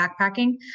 backpacking